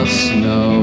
snow